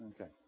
Okay